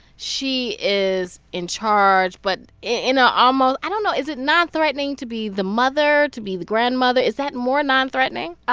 she is in charge, but in a almost i don't know. is it non-threatening to be the mother, to be the grandmother? is that more non-threatening?